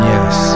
Yes